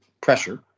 pressure